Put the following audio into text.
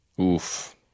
Oof